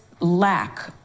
Lack